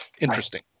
interesting